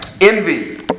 Envy